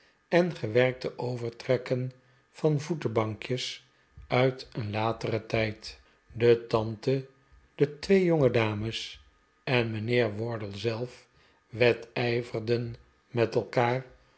en gewerkte overtrekken van voetenbankjes uit een lateren tijd de tante de twee jongedames en mijnheer wardle zelf wedijverden met elkaar